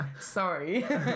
Sorry